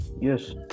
yes